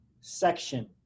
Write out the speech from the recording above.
section